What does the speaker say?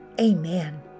Amen